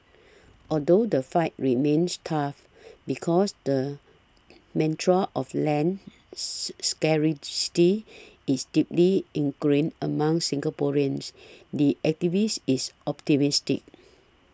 although the fight remains tough because the mantra of land scarcity is deeply ingrained among Singaporeans the activist is optimistic